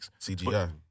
CGI